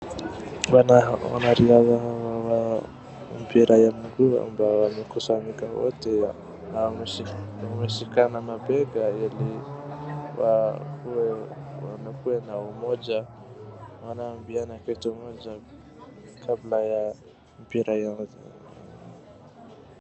Wanariadha wa mpira ya miguu ambao wamekusanyika wote na wameshikana mabega ili wakuwe na umoja. Wanaambiana kitu moja kabla ya mpira ianze.